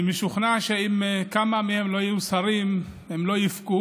אני משוכנע שאם כמה מהם לא יהיו שרים הם לא יבכו